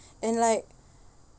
and like